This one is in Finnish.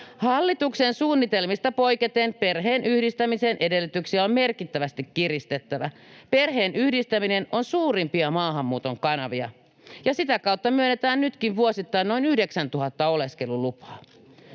Hallituksen suunnitelmista poiketen perheenyhdistämisen edellytyksiä on merkittävästi kiristettävä. Perheenyhdistäminen on suurimpia maahanmuuton kanavia ja sitä kautta myönnetään nytkin vuosittain noin 9 000 oleskelulupaa.